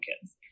kids